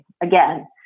Again